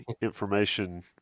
information